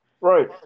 Right